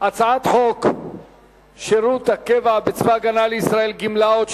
הצעת חוק שירות הקבע בצבא-הגנה לישראל (גמלאות),